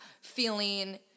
feeling